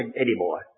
anymore